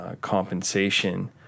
compensation